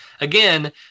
again